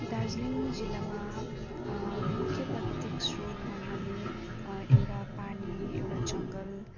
दार्जिलिङ जिल्लामा मुख्य प्रकृतिक स्रोत भन्नाले एउटा पानी एउटा जङ्गल